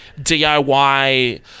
DIY